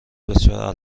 بسیار